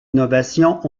innovations